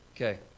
okay